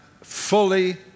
fully